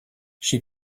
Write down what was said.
she